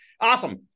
awesome